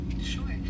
Sure